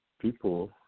people